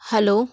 hello